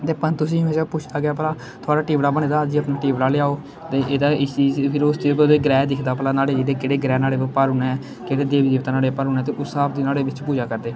ते पंत उस्सी हमेशा पुच्छदा गेआ भला थुआड़ा टिबड़ा बने दा जे अपना टिबडा लेआओ एह्दा इस चीज गी फिर उस चीज पर ओह्दे ग्रह् दिक्खदा भला न्हाड़े जेह्ड़े केह्ड़े ग्रह् न्हाड़े पर भारी न केह्ड़े देबी देबता न्हाड़े पर भारू न उस स्हाब दी न्हाड़े बिच्च पूजा करदे